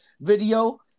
video